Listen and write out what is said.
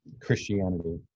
Christianity